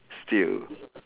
still